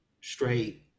straight